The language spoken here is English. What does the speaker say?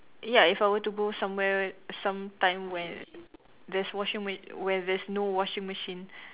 ya if I were to go somewhere some time where there's washing ma~ where there's no washing machine